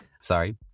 sorry